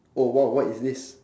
oh !wow! what is this